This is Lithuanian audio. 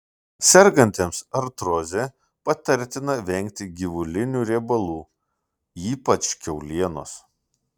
sergantiems artroze patartina vengti gyvulinių riebalų ypač kiaulienos